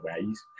ways